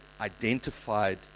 identified